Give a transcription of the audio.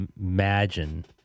imagine